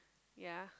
yea